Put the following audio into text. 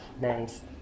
Nice